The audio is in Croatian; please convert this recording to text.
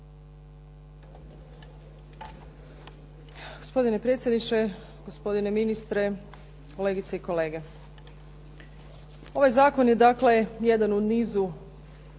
Gospodine predsjedniče, gospodine ministre, kolegice i kolege. Ovaj zakon je dakle jedan u nizu